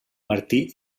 martí